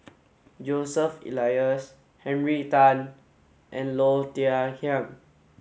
Joseph Elias Henry Tan and Low Thia Khiang